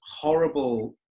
horrible